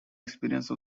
experience